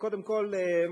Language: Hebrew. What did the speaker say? קודם כול,